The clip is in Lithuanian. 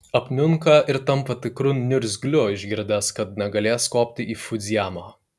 apniunka ir tampa tikru niurzgliu išgirdęs kad negalės kopti į fudzijamą